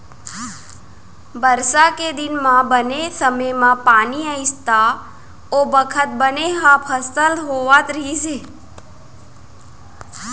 बरसा के दिन म बने समे म पानी आइस त ओ बखत बने फसल होवत रहिस हे